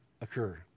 occur